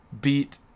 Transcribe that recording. beat